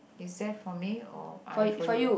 is that for me or I for you